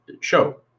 show